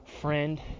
friend